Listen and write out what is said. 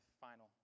final